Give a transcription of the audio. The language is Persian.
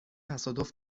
تصادف